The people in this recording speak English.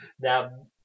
Now